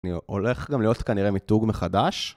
אני הולך גם להיות כנראה מיתוג מחדש.